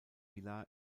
villa